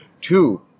Two